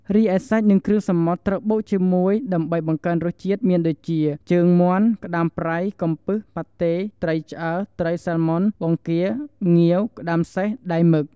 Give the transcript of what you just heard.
រីឯសាច់និងគ្រឿងសមុទ្រត្រូវបុកជាមួយដើម្បីបង្កើនរសជាតិមានដូចជា ជើងមាន់ ក្ដាមប្រៃ កំពឹស ប៉ាត់តេ ត្រីឆ្អើរ ត្រីសាម៉ុន បង្គា ងាវ ក្ដាមសេះ ដៃមឹក។